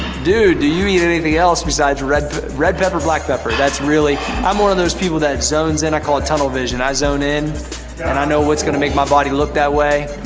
dude, do you eat anything else besides red red pepper, black pepper, that's really i'm one of those people that zones in. i call it tunnel vision. i zone in and i know what's gonna make my body look that way.